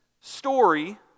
story